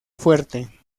fuerte